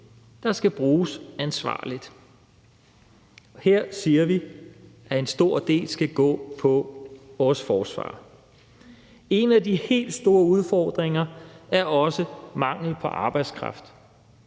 der skal bruges ansvarligt. Her siger vi, at en stor del skal gå til vores forsvar. En af de helt store udfordringer er også mangel på arbejdskraft.